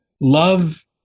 love